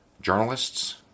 Journalists